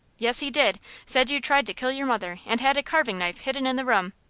yes, he did said you tried to kill your mother, and had a carving-knife hidden in the room.